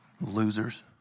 losers